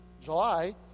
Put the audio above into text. July